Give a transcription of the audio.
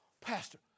Pastor